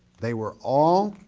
they were all